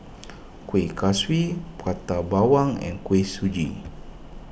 Kueh Kaswi Prata Bawang and Kuih Suji